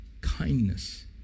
Kindness